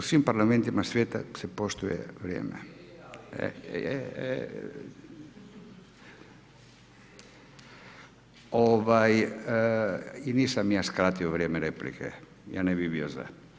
U svim parlamentima svijeta se poštuje vrijeme. ... [[Upadica: ne čuje se.]] I nisam ja skratio vrijeme replike, ja ne bih bio za.